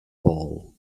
ball